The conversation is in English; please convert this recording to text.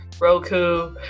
Roku